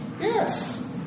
Yes